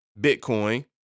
Bitcoin